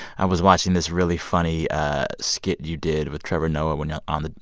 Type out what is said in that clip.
i was watching this really funny skit you did with trevor noah when yeah on the.